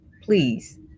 Please